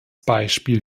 beispiel